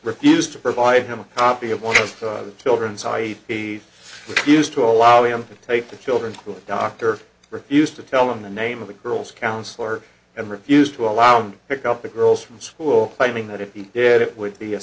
refused to provide him a copy of one of the children's i e a used to allow him to take the children to a doctor refused to tell him the name of the girl's counsellor and refused to allow him pick up the girls from school claiming that if he did it would be a